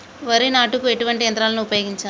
వరి నాటుకు ఎటువంటి యంత్రాలను ఉపయోగించాలే?